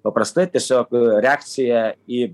paprastai tiesiog reakcija į